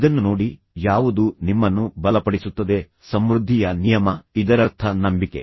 ಇದನ್ನು ನೋಡಿ ಯಾವುದು ನಿಮ್ಮನ್ನು ಬಲಪಡಿಸುತ್ತದೆ ಸಮೃದ್ಧಿಯ ನಿಯಮ ಇದರರ್ಥ ನಂಬಿಕೆ